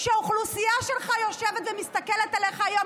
כשהאוכלוסייה שלך יושבת ומסתכלת עליך היום,